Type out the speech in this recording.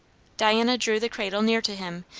diana drew the cradle near to him,